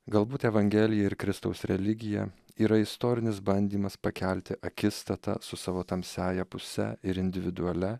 galbūt evangelija ir kristaus religija yra istorinis bandymas pakelti akistatą su savo tamsiąja puse ir individualia